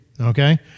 Okay